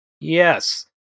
yes